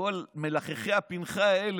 כשכל מלחכי הפנכה האלה,